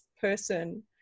person